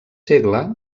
segle